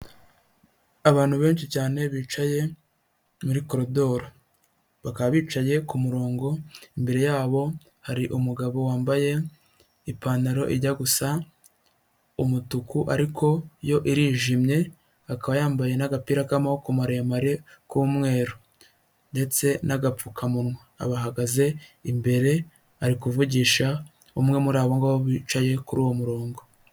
Abantu benshi cyane bicaye muri korodoro, bakaba bicaye ku murongo, imbere yabo hari umugabo wambaye ipantaro ijya gu gusa umutuku, ariko yo irijimye, akaba yambaye n'agapira k'amaboko maremare k'umweru, ndetse n'agapfukamunwa abahagaze imbere ari kuvugisha umwe muri abo ngabo bicaye kuri uwo murongo.